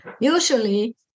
usually